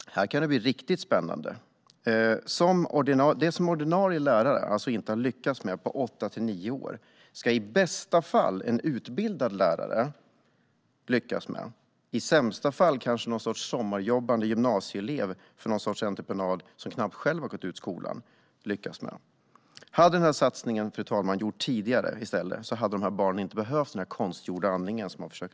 Det kan bli riktigt spännande. Det som ordinarie lärare inte har lyckats med på åtta nio år ska i bästa fall en utbildad lärare eller i sämsta fall en sommarjobbande gymnasieelev som knappt själv har gått ut skolan lyckas med på några dagar. Hade satsningen i stället gjorts tidigare hade dessa barn inte behövt denna konstgjorda andning.